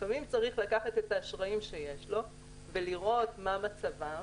לפעמים צריך לקחת את האשראים שיש לו ולראות מה מצבו,